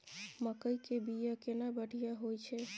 मकई के बीया केना बढ़िया होय छै?